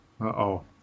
Uh-oh